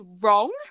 wrong